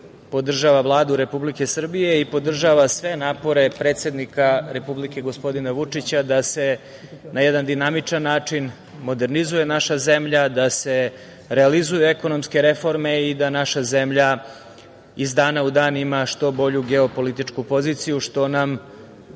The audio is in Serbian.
podržava Vladu Republike Srbije i podržava sve napore predsednika Republike, gospodina Vučića, da se na jedan dinamičan način modernizuje naša zemlja, da se realizuju ekonomske reforme i da naša zemlja iz dana u dan ima što bolju geopolitičku poziciju, što nam